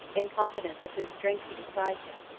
in confidence of whose strength he despised him,